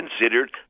considered